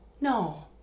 No